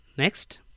Next